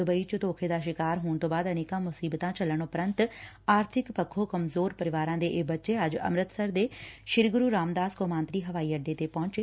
Dubai ਚ ਧੋਖੇ ਦਾ ਸ਼ਿਕਾਰ ਹੋਣ ਤੋ ਬਾਅਦ ਅਨੇਕਾਂ ਮੁਸੀਬਤਾਂ ਝੱਲਣ ਉਪਰੰਤ ਆਰਬਿਕ ਪੱਖੋ ਕਮਜ਼ੋਰ ਪਰਿਵਾਰਾਂ ਦੇ ਇਹ ਬੱਚੇ ਅੱਜ ਅੰਮ੍ਤਿਸਰ ਦੇ ਸ੍ਰੀ ਗੁਰੂ ਰਾਮਦਾਸ ਕੌਮਾਂਤਰੀ ਹਵਾਈ ਅੱਡੇ ਤੇ ਪੁੱਜੇ